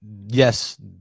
yes